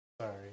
Sorry